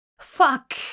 Fuck